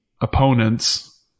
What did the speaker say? opponents